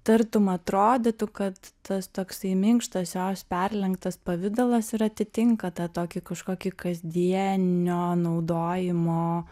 tartum atrodytų kad tas toksai minkštas jos perlenktas pavidalas ir atitinka tą tokį kažkokį kasdienio naudojimo